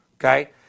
Okay